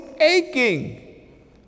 aching